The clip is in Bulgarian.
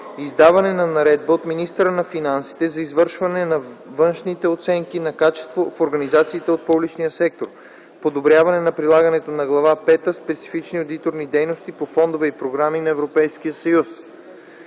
издаване на наредба от министъра на финансите за извършване на външните оценки на качеството в организациите от публичния сектор; - подобряване на прилагането на Глава пета „Специфични одитни дейности по фондове и програми на Европейския съюз”;